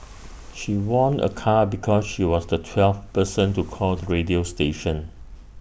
she won A car because she was the twelfth person to call the radio station